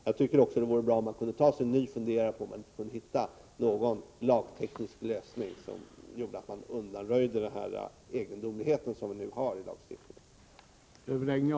Jag tycker att det vore bra om man kunde ta sig en ny funderare på om man inte kunde hitta någon lagteknisk lösning som gjorde att man undanröjde denna egendomlighet som vi nu har i lagen.